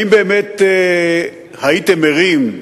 האם באמת הייתם ערים,